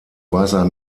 weißer